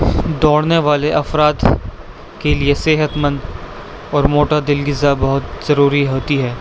دوڑنے والے افراد کے لیے صحتمند اور معتدل غذا بہت ضروری ہوتی ہے